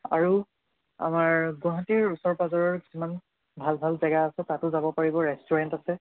আৰু আমাৰ গুৱাহাটীৰ ওচৰ পাজৰৰ ইমান ভাল ভাল জেগা আছে তাতো যাব পাৰিব ৰেষ্টুৰেণ্ট আছে